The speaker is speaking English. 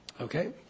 Okay